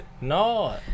No